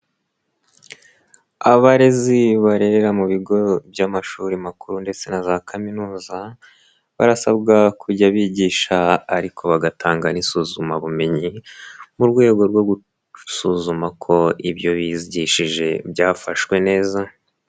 Abarezi barerera mu bigo by'amashuri makuru ndetse na za kaminuza, barasabwa kujya bigisha ariko bagatanga isuzumabumenyi mu rwego rwo gusuzuma ko ibyo bigishije byafashwe neza.